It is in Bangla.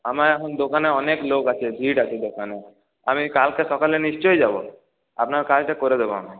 আমার এখন দোকানে অনেক লোক আছে ভিড় আছে দোকানে আমি কালকে সকালে নিশ্চয় যাব আপনার কাজটা করে দেব আমি